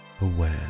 aware